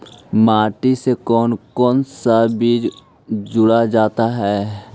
माटी से कौन कौन सा बीज जोड़ा जाता है?